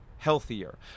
Healthier